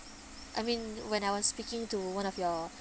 I mean when I was speaking to one of your